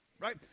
right